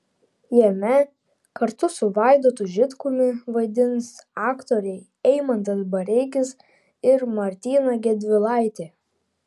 jame kartu su vaidotu žitkumi vaidins aktoriai eimantas bareikis ir martyna gedvilaitė